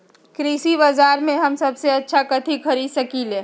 कृषि बाजर में हम सबसे अच्छा कथि खरीद सकींले?